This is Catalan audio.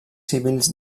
civils